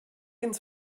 ins